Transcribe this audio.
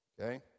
okay